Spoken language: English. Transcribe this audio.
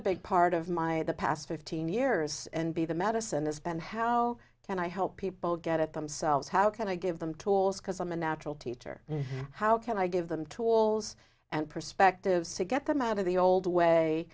a big part of my past fifteen years and be the medicine has been how can i help people get it themselves how can i give them tools because i'm a natural teacher and how can i give them tools and perspectives to get them out of the old way